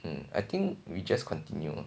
mm I think we just continue